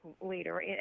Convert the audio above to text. leader